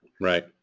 Right